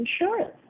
insurance